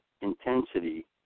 intensity